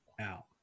out